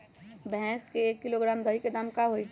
भैस के एक किलोग्राम दही के दाम का होई?